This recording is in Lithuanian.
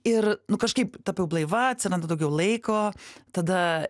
ir nu kažkaip tapau blaiva atsiranda daugiau laiko tada